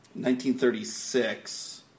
1936